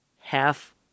half